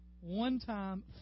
one-time